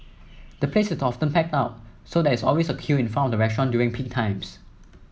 the place is often packed out so there is always a queue in front of restaurant during peak times